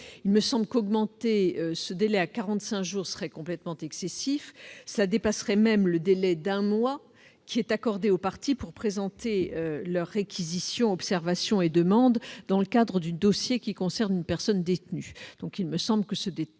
Il me semble que porter ce délai à quarante-cinq jours serait complètement excessif. En effet, il excéderait ainsi le délai d'un mois qui est accordé aux parties pour présenter leurs réquisitions, observations et demandes dans le cadre du dossier qui concerne une personne détenue.